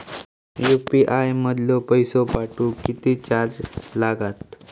UPI मधलो पैसो पाठवुक किती चार्ज लागात?